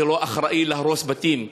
זה לא אחראי להרוס בתים.